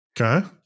Okay